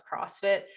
crossfit